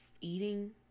eating